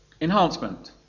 enhancement